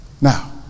Now